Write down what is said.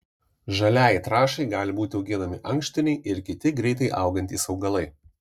žaliajai trąšai gali būti auginami ankštiniai ir kiti greitai augantys augalai